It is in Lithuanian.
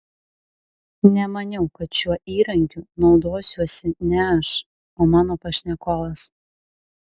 nemaniau kad šiuo įrankiu naudosiuosi ne aš o mano pašnekovas